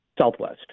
Southwest